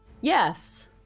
yes